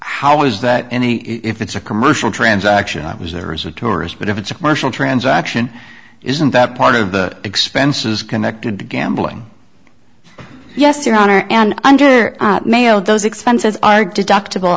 how is that any if it's a commercial transaction i was there as a tourist but if it's a commercial transaction isn't that part of the expenses connected to gambling yes your honor and under mayo those expenses are deductible